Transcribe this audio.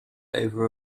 over